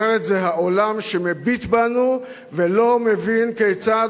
אומר את זה העולם שמביט בנו ולא מבין כיצד